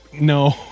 No